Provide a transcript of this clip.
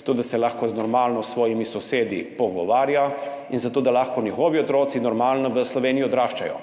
zato da se lahko normalno s svojimi sosedi pogovarja in zato da lahko njegovi otroci normalno v Sloveniji odraščajo.